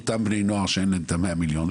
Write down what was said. או אותם בני נוער שאין להם את ה-100 מיליון,